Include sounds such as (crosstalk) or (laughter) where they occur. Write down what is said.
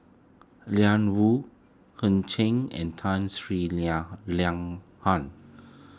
Ian Woo Ho Ching and Tun Sri (unintelligible)